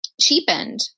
cheapened